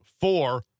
four